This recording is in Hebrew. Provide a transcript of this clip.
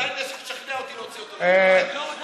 לשכנע אותי להוציא אותו לאירלנד.